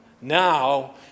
now